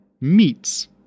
meets